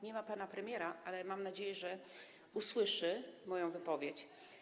Nie ma pana premiera, ale mam nadzieję, że usłyszy moją wypowiedź.